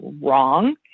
wrong